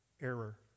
error